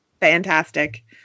fantastic